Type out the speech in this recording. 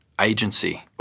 agency